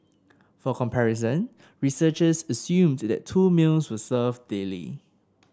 for comparison researchers assumed that two meals were served daily